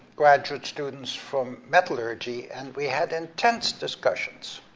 graduate students from metallurgy, and we had intense discussions,